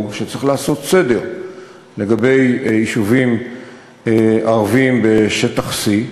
שצריך לעשות סדר לגבי יישובים ערביים בשטח C,